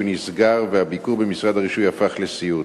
נסגר והביקור במשרד הרישוי הפך לסיוט.